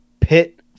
pit